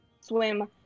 swim